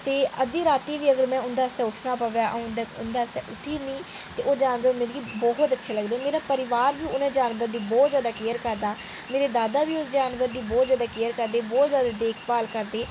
ते अध्दी रात्तीं बी में उं'दै आस्तै उट्ठना पवै तां अ'ऊं उंदै आस्तै उट्ठी जन्नी ते ओह् जानवर मिगी बहुत अच्छे लगदे मेरा परिवार बी उनें जानवरें दी बहुत जैदा केयर करदा मेरे दादा बी उस जानवर दी बहुत जैदा केयर करदे ते बहुत जैदा देखभाल करदे